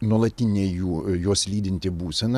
nuolatinė jų juos lydinti būsena